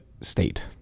state